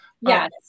Yes